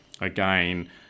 again